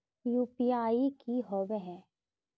UPI की होबे है?